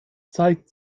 zeigt